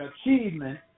achievement